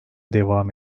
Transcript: devam